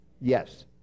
Yes